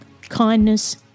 kindness